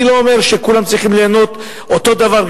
אני לא אומר שכולם צריכים ליהנות אותו הדבר,